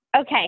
Okay